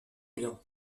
bien